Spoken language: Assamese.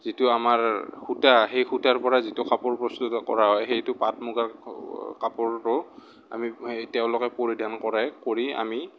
যিটো আমাৰ সূতা সেই সূতাৰ পৰা যিটো কাপোৰ প্ৰস্তুত কৰা হয় সেইটো পাট মুগাৰ কাপোৰটো আমি তেওঁলোকে পৰিধান কৰে কৰি আমি